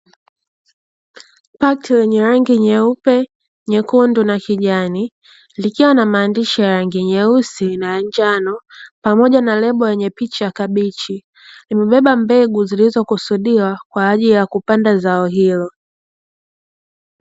Pakti lenye rangi nyeupe, nyekundu na kijani, likiwa na maandishi ya rangi nyeusi na ya njano, pamoja na lebo yenye picha ya kabichi, limebeba mbegu zilizokusudiwa kwa ajili ya kupanda zao hilo.